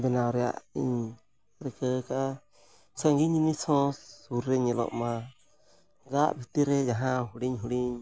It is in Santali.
ᱵᱮᱱᱟᱣ ᱨᱮᱭᱟᱜ ᱤᱧ ᱨᱤᱠᱟᱹ ᱟᱠᱟᱫᱼᱟ ᱥᱟᱺᱜᱤᱧ ᱡᱤᱱᱤᱥ ᱦᱚᱸ ᱥᱩᱨ ᱨᱮ ᱧᱮᱞᱚᱜ ᱢᱟ ᱫᱟᱜ ᱵᱷᱤᱛᱨᱤ ᱨᱮ ᱡᱟᱦᱟᱸ ᱦᱩᱰᱤᱧ ᱦᱩᱰᱤᱧ